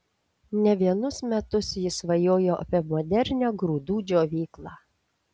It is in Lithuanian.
ne vienus metus jis svajojo apie modernią grūdų džiovyklą